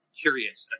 curious